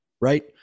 right